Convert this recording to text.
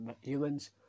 humans